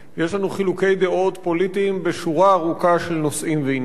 יש לנו חילוקי דעות פוליטיים בשורה ארוכה של נושאים ועניינים.